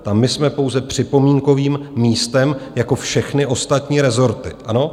Tam my jsme pouze připomínkovým místem jako všechny ostatní rezorty, ano?